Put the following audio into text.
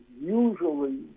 usually